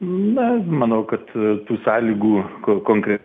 na manau kad tų sąlygų kur konkre